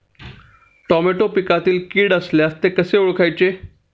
Tomato पिकातील कीड असल्यास ते कसे ओळखायचे?